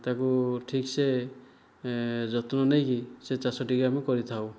ତାହାକୁ ଠିକ୍ସେ ଯତ୍ନ ନେଇକି ସେ ଚାଷଟି କି ଆମେ କରିଥାଉ